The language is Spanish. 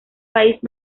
país